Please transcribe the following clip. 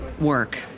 Work